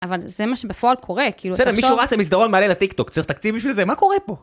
אבל זה מה שבפועל קורה, כאילו אתה שואל... בסדר, מישהו רץ במסדרון ומעלה לטיקטוק, צריך תקציב בשביל זה, מה קורה פה?